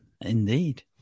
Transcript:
indeed